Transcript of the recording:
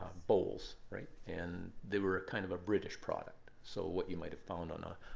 bowls, right? and they were ah kind of a british product. so what you might have found on ah